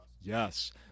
Yes